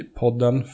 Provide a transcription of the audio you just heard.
podden